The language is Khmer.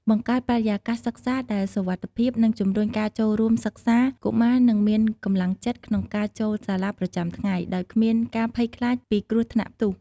បង្កើតបរិយាកាសសិក្សាដែលសុវត្ថិភាព និងជំរុញការចូលរួមសិក្សា កុមារនឹងមានកម្លាំងចិត្តក្នុងការចូលសាលាប្រចាំថ្ងៃ ដោយគ្មានការភ័យខ្លាចពីគ្រោះថ្នាក់ផ្ទុះ។